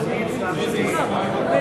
פה.